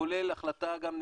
כולל החלטה, גם נאמר,